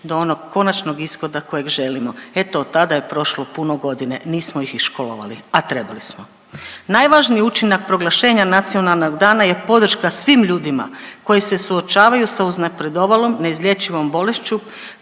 do onog konačnog ishoda kojeg želimo. Eto, od tada je prošlo puno godina, nismo ih iškolovali, a trebali smo. Najvažniji učinak proglašenja nacionalnog dana je podrška svim ljudima koji se suočavaju sa uznapredovalom neizlječivom bolešću,